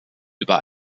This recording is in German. über